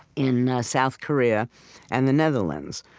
in south korea and the netherlands.